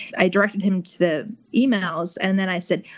i directed him to the emails, and then i said,